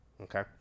okay